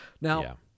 Now